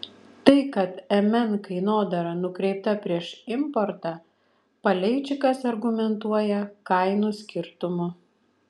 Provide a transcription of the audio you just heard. tai kad mn kainodara nukreipta prieš importą paleičikas argumentuoja kainų skirtumu